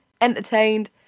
entertained